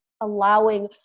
allowing